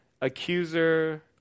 accuser